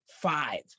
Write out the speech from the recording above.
five